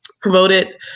promoted